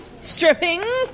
Stripping